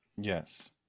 Yes